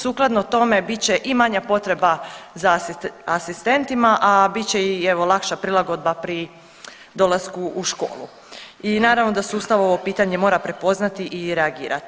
Sukladno tome bit će i manja potreba za asistentima, a bit će i evo lakša prilagodba pri dolasku u školu i naravno da sustav ovo pitanje mora prepoznati i reagirati.